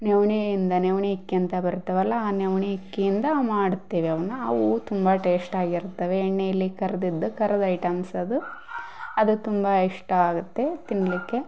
ನವ್ಣೆಯಿಂದ ನವ್ಣೆ ಅಕ್ಕಿ ಅಂತ ಬರ್ತಾವಲ್ವ ಆ ನವ್ಣೆ ಅಕ್ಕಿಯಿಂದ ಮಾಡುತ್ತೇವೆ ಅವನ್ನ ಅವು ತುಂಬ ಟೇಸ್ಟಾಗಿರ್ತವೆ ಎಣ್ಣೆಯಲ್ಲಿ ಕರೆದಿದ್ದು ಕರ್ದು ಐಟಮ್ಸ್ ಅದು ಅದು ತುಂಬ ಇಷ್ಟ ಆಗುತ್ತೆ ತಿನ್ನಲಿಕ್ಕೆ